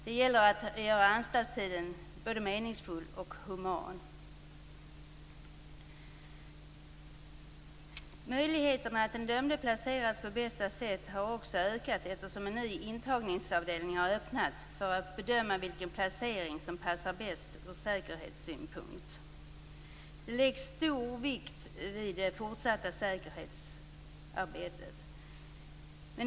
Det gäller att göra anstaltstiden både meningsfull och human. Möjligheten att den dömde placeras på bästa sätt har också ökat eftersom en ny intagningsavdelning har öppnat för att bedöma vilken placering som passar bäst ur säkerhetssynpunkt. Det läggs stor vikt vid det fortsatta säkerhetsarbetet.